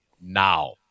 now